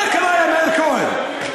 מה קרה, מאיר כהן?